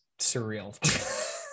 surreal